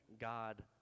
God